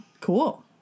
Cool